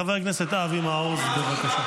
חבר הכנסת אבי מעוז, בבקשה.